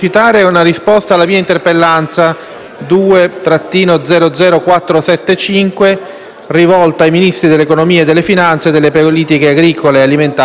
rivolta ai Ministri dell'economia e delle finanze e delle politiche agricole alimentari e forestali e presentata lo scorso luglio.